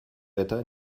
wetter